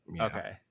okay